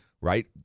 right